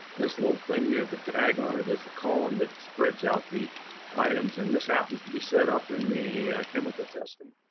this little thing here with the tag on it as a column that spreads out the items and this happens to be set up in the chemical testing.